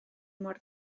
mor